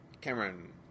Cameron